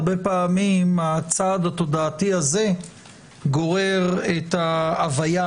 הרבה פעמים הצעד התודעתי הזה גורר את ההוויה